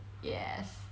yes